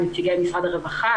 נציגי משרד הרווחה,